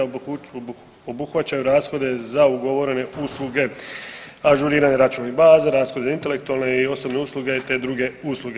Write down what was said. Obuhvaćaju rashode za ugovorene usluge ažuriranja računalnih baza, rashodi, intelektualne i osobne usluge te druge usluge.